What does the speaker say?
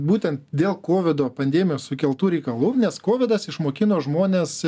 būtent dėl kovido pandemijos sukeltų reikalų nes kovidas išmokino žmones